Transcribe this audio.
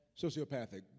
Sociopathic